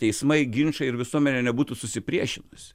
teismai ginčai ir visuomenė nebūtų susipriešinusi